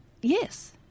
yes